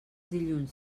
dilluns